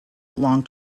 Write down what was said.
long